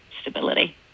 stability